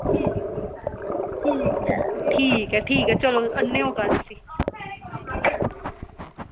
ठीक ऐ ठीक ऐ चलो कल्ल आह्नेओ इसी